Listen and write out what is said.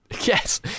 Yes